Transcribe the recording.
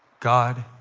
god